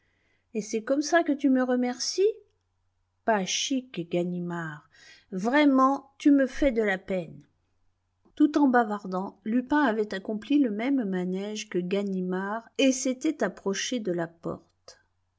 et c'est comme ça que tu me remercies pas chic ganimard vrai tu me fais de la peine tout en bavardant lupin avait accompli le même manège que ganimard et s'était approché de la porte